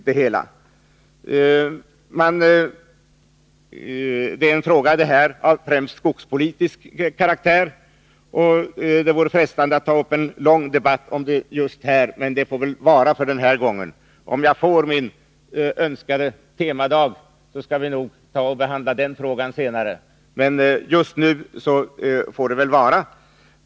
Detta är en fråga av främst skogspolitisk karaktär. Det vore frestande att här ta upp en lång debatt om den, men det får vara för denna gång. Om jag får min önskade temadag, skall vi nog behandla denna fråga, men just nu får det vara.